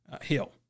Hill